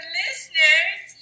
listeners